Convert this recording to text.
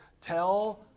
Tell